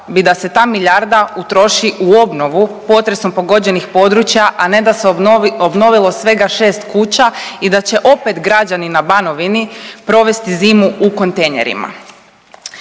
bi da se ta milijarda utroši u obnovu potresom pogođenih područja, a ne da se obnovilo svega 6 kuća i da će opet građani na Banovini provesti zimu u kontejnerima.